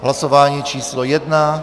Hlasování číslo 1.